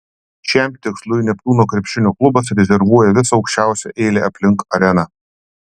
šiam tikslui neptūno krepšinio klubas rezervuoja visą aukščiausią eilę aplink areną